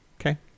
Okay